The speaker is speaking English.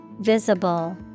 Visible